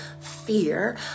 fear